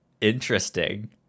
Interesting